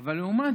אבל לעומת